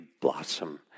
blossom